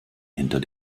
hinter